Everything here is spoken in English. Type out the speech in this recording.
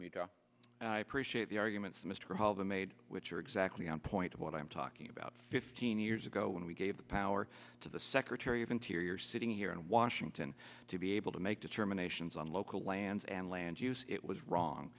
cement i appreciate the arguments mr hall the made which are exactly on point of what i'm talking about fifteen years ago when we gave the power to the secretary of interior sitting here in washington to be able to make determinations on local lands and land use it was wrong